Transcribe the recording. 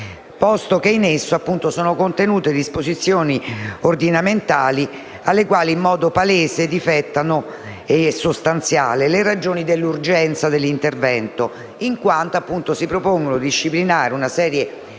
posto che in esso sono contenute disposizioni ordinamentali alle quali difettano in maniera sostanziale le ragioni dell'urgenza dell'intervento in quanto si propongono di disciplinare una serie di